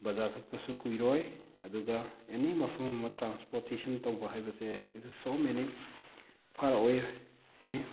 ꯕꯖꯥꯔ ꯆꯠꯄꯁꯨ ꯀꯨꯏꯔꯣꯏ ꯑꯗꯨꯒ ꯑꯦꯅꯤ ꯃꯐꯝ ꯑꯃ ꯇ꯭ꯔꯥꯟꯁꯄꯣꯔꯇꯦꯁꯟ ꯇꯧꯕ ꯍꯥꯏꯕꯁꯦ it's a so many far away ꯅꯤ